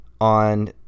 on